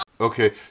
Okay